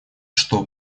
что